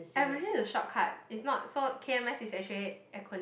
averaging the shortcut is not so K_M_S is actually acronym